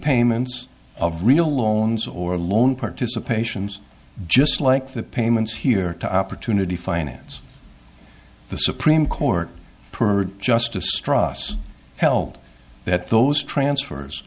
repayments of real loans or loan participations just like the payments here to opportunity finance the supreme court justice straw us held that those transfers